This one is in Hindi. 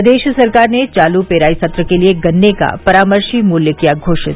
प्रदेश सरकार ने चालू पेराई सत्र के लिये गन्ने का परामर्शी मूल्य किया घोषित